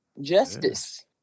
Justice